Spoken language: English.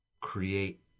create